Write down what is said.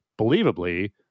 believably